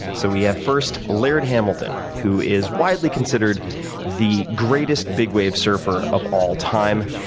so we have first laird hamilton, who is widely considered the greatest big-wave surfer of all time.